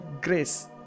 grace